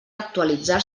actualitzar